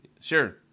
sure